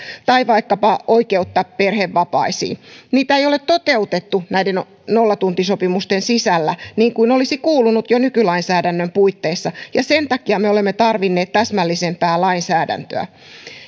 tai vaikkapa oikeutta perhevapaisiin niitä ei ole toteutettu näiden nollatuntisopimusten sisällä niin kuin olisi kuulunut jo nykylainsäädännön puitteissa sen takia me olemme tarvinneet täsmällisempää lainsäädäntöä